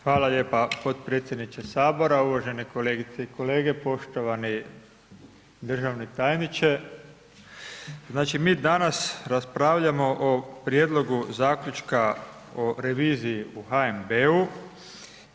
Hvala lijepa potpredsjedniče HS, uvažene kolegice i kolege, poštovani državni tajniče, znači, mi danas raspravljamo o prijedlogu zaključka o reviziji u HNB-u.